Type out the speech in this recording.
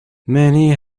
many